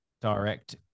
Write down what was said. direct